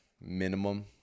minimum